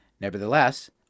Nevertheless